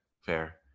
fair